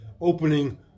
opening